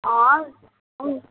अँ हुन्छ